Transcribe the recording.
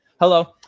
hello